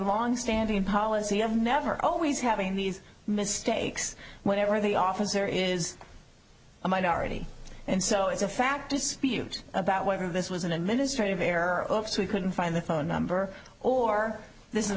long standing policy of never always having these mistakes whenever the office there is a minority and so it's a fact dispute about whether this was an administrative error or we couldn't find the phone number or this i